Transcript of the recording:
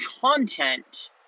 content